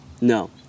no